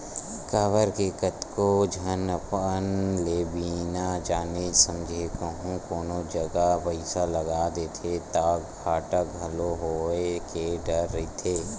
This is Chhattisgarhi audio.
काबर के कतको झन अपन ले बिना जाने समझे कहूँ कोनो जगा पइसा लगा देथे ता घाटा घलो होय के डर रहिथे